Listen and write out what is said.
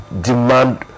demand